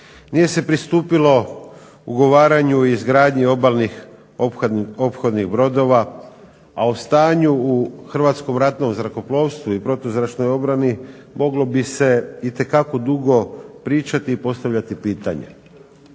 Nije se pristupilo ugovaranju i izgradnji obalnih ophodnih brodova, a o stanju u Hrvatskom ratnom zrakoplovstvu i protuzračnoj obrani moglo bi se itekako dugo pričati i postavljati pitanja.